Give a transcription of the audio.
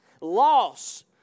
loss